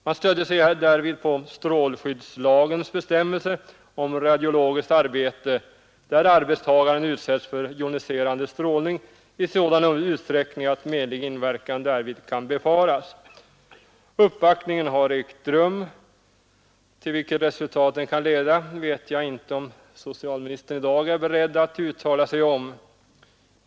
Man stödde sig därvid på strålskyddslagens bestämmelser om radiologiskt arbete, där arbetstagaren utsätts för joniserande strålning i sådan utsträckning att menlig inverkan därvid kan befaras. Denna uppvaktning har också ägt rum. Jag vet dock inte om socialministern i dag är beredd att uttala sig om vad den kan leda till.